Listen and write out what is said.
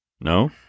No